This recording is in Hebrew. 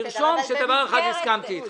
תרשום שבדבר אחד הסכמתי איתך.